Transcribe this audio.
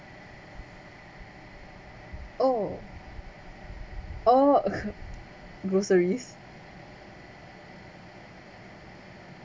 oh oh groceries